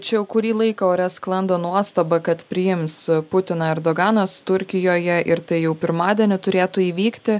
čia jau kurį laiką ore sklando nuostaba kad priims putiną erdoganas turkijoje ir tai jau pirmadienį turėtų įvykti